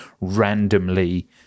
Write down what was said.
randomly